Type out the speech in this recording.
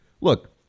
Look